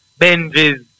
Benji's